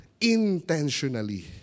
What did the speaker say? intentionally